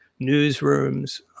newsrooms